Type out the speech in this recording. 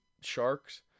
sharks